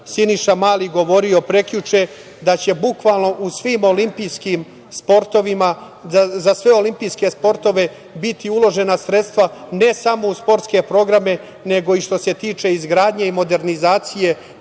Siniša Mali govorio prekjuče, da će bukvalno u za sve olimpijske sportove biti uložena sredstva ne samo u sportske programe nego i što se tiče izgradnje i modernizacije